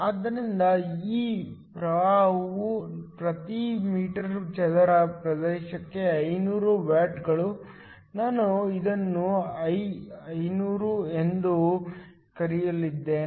ಆದ್ದರಿಂದ ಈ ಪ್ರವಾಹವು ಪ್ರತಿ ಮೀಟರ್ ಚದರ ಪ್ರಕಾಶಕ್ಕೆ 500 ವ್ಯಾಟ್ಗಳು ನಾನು ಇದನ್ನು I500 ಎಂದು ಕರೆಯಲಿದ್ದೇನೆ